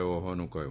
રહ્યો હોવાનું કહ્યું